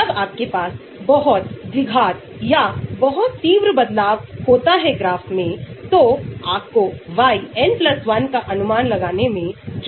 तो अगर आप ड्रग्स को देखते हैं जो सीरम एल्ब्यूमिन को बांधता है तो जैसे log p बढ़ता है क्योंकि यह अधिक हाइड्रोफोबिक हो जाता है गतिविधि भी बढ़ जाती है यह QSAR है